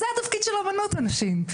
זה התפקיד של האמנות אנשים,